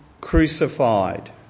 crucified